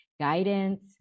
guidance